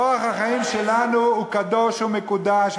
אורח החיים שלנו הוא קדוש ומקודש,